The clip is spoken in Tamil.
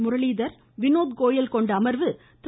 முரளீதர் வினோத் கோயல் கொண்ட அமர்வு திரு